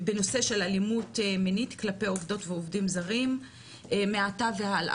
בנושא של אלימות מינית כלפי עובדות ועובדים זרים מעתה והלאה,